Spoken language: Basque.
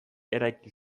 eraiki